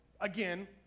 again